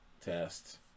test